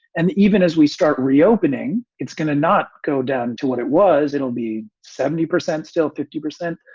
and even as we start reopening, it's going to not go down to what it was. it'll be seventy percent, still fifty percent.